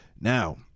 Now